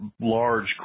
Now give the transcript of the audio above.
large